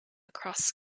across